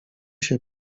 się